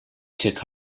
took